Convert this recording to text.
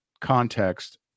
context